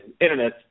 Internet